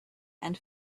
and